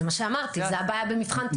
זה מה שאמרתי זו הבעיה במבחן תמיכה.